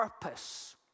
purpose